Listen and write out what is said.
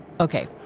Okay